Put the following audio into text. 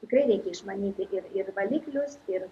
tikrai reikia išmanyti ir ir valiklius ir